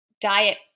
diet